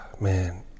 man